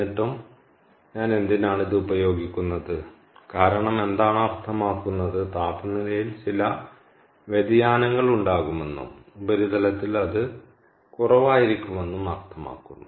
എന്നിട്ടും ഞാൻ എന്തിനാണ് ഇത് ഉപയോഗിക്കുന്നത് കാരണം എന്താണ് അർത്ഥമാക്കുന്നത് താപനിലയിൽ ചില വ്യതിയാനങ്ങൾ ഉണ്ടാകുമെന്നും ഉപരിതലത്തിൽ അത് കുറവായിരിക്കുമെന്നും അർത്ഥമാക്കുന്നു